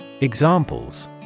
Examples